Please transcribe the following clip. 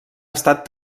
estat